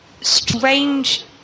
strange